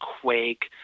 quake